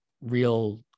real